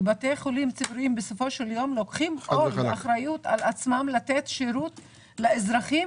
כי בתי חולים ציבוריים לוקחים עוד אחריות על עצמם לתת שירות לאזרחים